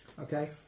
Okay